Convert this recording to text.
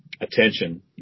Attention